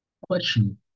Question